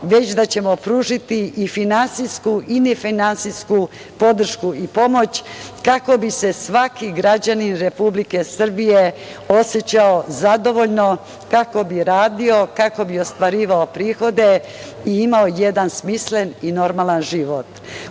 već da ćemo pružiti i finansijsku i nefinansijsku podršku i pomoć kako bi se svaki građanin Republike Srbije osećao zadovoljno, kako bi radio, kako bi ostvarivao prihode i imao jedan smislen i normalan život.